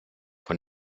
von